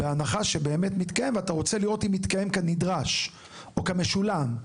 בהנחה שבאמת מתקיים ואתה רוצה לראות אם מתקיים כנדרש או כמשולם.